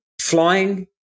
flying